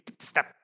stop